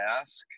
ask